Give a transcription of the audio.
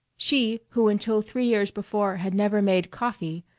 she who until three years before had never made coffee,